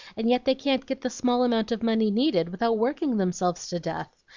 and yet they can't get the small amount of money needed without working themselves to death.